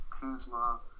Kuzma